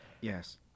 Yes